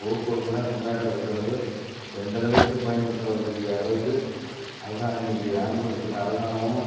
போக்குவரத்துன்னால் தமிழ்நாட்டை பொறுத்த அளவு எந்தளவுக்கு பயன்படுத்தக்கூடிய அளவுக்கு அரசாங்கம் இன்றைக்கி ஆண்டுக்கொண்டிருக்க அரசாங்கமும்